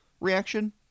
reaction